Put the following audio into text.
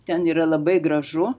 ten yra labai gražu